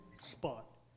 spot